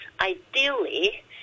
ideally